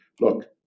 look